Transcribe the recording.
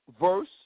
verse